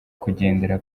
kugendera